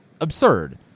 absurd